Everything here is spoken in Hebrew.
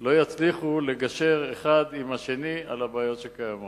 לא יצליחו לגשר, אחד עם השני, על הבעיות שקיימות.